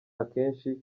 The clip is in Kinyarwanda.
akenshi